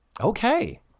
Okay